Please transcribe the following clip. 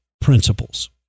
principles